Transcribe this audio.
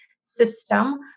system